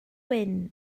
wyn